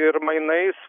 ir mainais